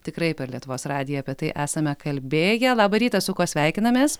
tikrai per lietuvos radiją apie tai esame kalbėję labą rytą su kuo sveikinamės